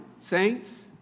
Saints